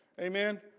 Amen